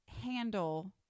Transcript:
handle